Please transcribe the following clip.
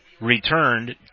returned